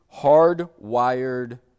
hardwired